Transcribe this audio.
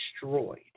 destroyed